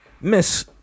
Miss